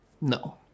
No